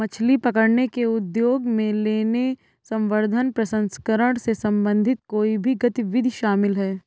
मछली पकड़ने के उद्योग में लेने, संवर्धन, प्रसंस्करण से संबंधित कोई भी गतिविधि शामिल है